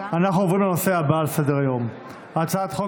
אנחנו עוברים לנושא הבא על סדר-היום הצעת חוק